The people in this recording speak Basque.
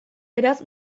beraz